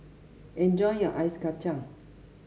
enjoy your Ice Kacang